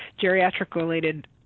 geriatric-related